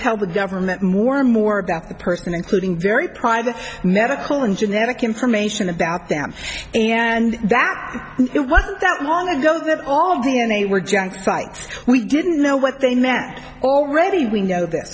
tell the government more and more about the person including very private medical and genetic information about them and that it wasn't that long ago that all d n a were junk sites we didn't know what they meant already we know th